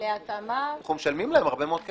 אנחנו משלמים להם הרבה מאוד כסף.